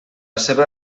seva